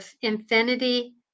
infinity